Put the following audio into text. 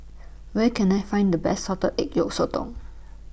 Where Can I Find The Best Salted Egg Yolk Sotong